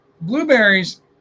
blueberries